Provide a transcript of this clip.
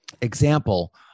example